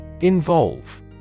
Involve